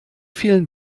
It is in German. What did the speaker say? vielen